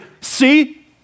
see